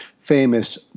famous